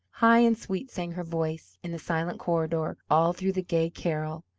high and sweet sang her voice in the silent corridor all through the gay carol.